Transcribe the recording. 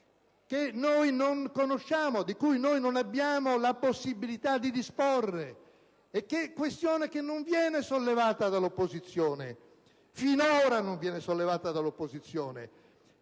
(che noi non conosciamo e di cui non abbiamo la possibilità di disporre). È questione che non viene sollevata dall'opposizione: che finora non viene sollevata dall'opposizione.